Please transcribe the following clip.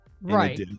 right